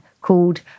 called